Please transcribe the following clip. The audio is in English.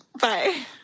Bye